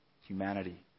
humanity